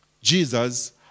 Jesus